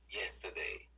yesterday